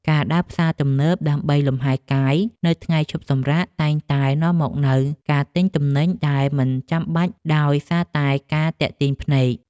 ការដើរផ្សារទំនើបដើម្បីលំហែកាយនៅថ្ងៃឈប់សម្រាកតែងតែនាំមកនូវការទិញទំនិញដែលមិនចាំបាច់ដោយសារតែការទាក់ទាញភ្នែក។